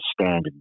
standard